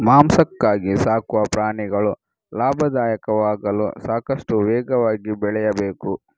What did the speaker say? ಮಾಂಸಕ್ಕಾಗಿ ಸಾಕುವ ಪ್ರಾಣಿಗಳು ಲಾಭದಾಯಕವಾಗಲು ಸಾಕಷ್ಟು ವೇಗವಾಗಿ ಬೆಳೆಯಬೇಕು